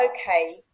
okay